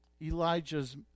Elijah's